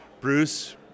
Bruce